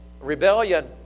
Rebellion